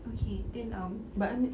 okay then um but